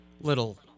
little